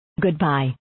Goodbye